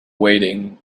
waiting